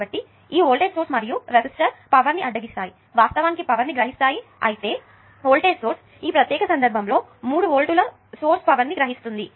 కాబట్టి ఈ voltage source మరియు రెసిస్టర్ పవర్ ని గ్రహిస్తుంది వాస్తవానికి పవర్ ను గ్రహిస్తాయి అయితే వోల్టేజ్ సోర్స్ ఈ ప్రత్యేక సందర్భం లో 3 వోల్టుల సోర్స్ పవర్ ను గ్రహిస్తుంది